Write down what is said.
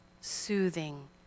soothing